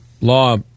law